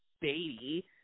baby